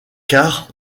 quart